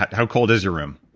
how cold is your room?